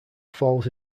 falls